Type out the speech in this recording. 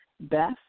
Beth